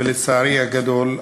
לצערי הגדול,